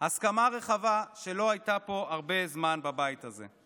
הסכמה רחבה שלא הייתה פה הרבה זמן בבית הזה.